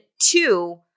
two